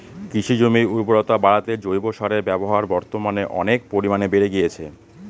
কৃষিজমির উর্বরতা বাড়াতে জৈব সারের ব্যবহার বর্তমানে অনেক পরিমানে বেড়ে গিয়েছে